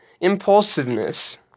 Impulsiveness